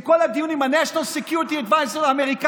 עם כל הדיונים עם ה- National Security Adviser האמריקאי,